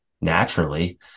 naturally